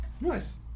Nice